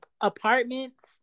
apartments